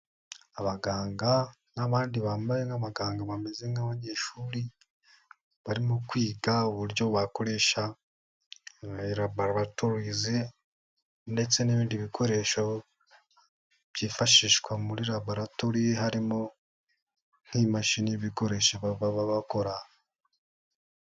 Abaganga n'abandi bambaye nk'abaganga bameze nk'abanyeshuri ,barimo kwiga uburyo bakoresha laboraratos ndetse n'ibindi bikoresho byifashishwa muri laboratori ,harimo nk'imashini ibikoresho baba bakora.